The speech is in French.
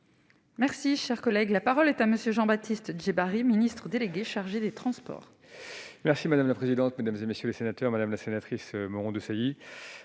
Merci, cher collègue, la parole est à monsieur Jean-Baptiste Djebbari Ministre délégué chargé des 30. Merci madame la présidente, mesdames et messieurs les sénateurs, Madame la sénatrice bon Desailly